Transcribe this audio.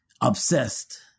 obsessed